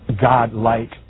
god-like